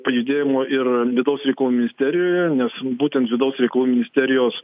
pajudėjimo ir vidaus reikalų ministerijoje nes būtent vidaus reikalų ministerijos